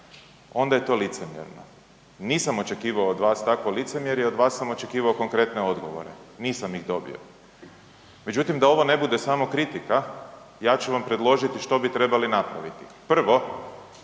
onda je to licemjerno. Nisam očekivao od vas takvo licemjerje, od vas sam očekivao konkretne odgovore, nisam ih dobio. Međutim, da ovo ne bude samo kritika, ja ću vam predložiti što bi trebali napraviti. Prvo,